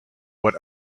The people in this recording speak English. what